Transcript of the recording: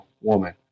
woman